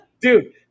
dude